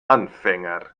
anfänger